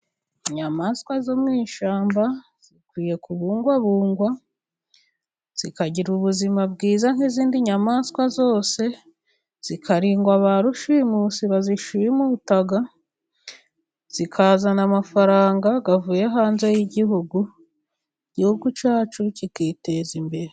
Inyamaswa zo mu ishyamba zikwiye kubungwabungwa, zikagira ubuzima bwiza nk'izindi nyamaswa zose, zikarindwa ba rushimusi bazishimuta, zikazana amafaranga avuye hanze y'igihugu, igihugu cyacu kikiteza imbere.